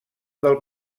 del